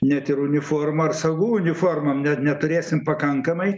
net ir uniformų ar sagų uniformom ne neturėsime pakankamai